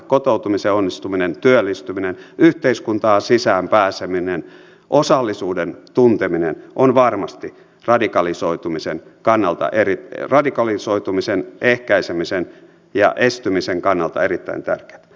kotoutumisen onnistuminen työllistyminen yhteiskuntaan sisään pääseminen osallisuuden tunteminen on varmasti radikalisoitumisen ehkäisemisen ja estymisen kannalta erittäin tärkeää